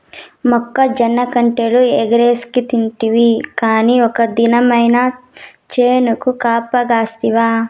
మొక్కజొన్న కండెలు ఎగరేస్కతింటివి కానీ ఒక్క దినమైన చేనుకు కాపలగాస్తివా